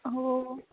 हो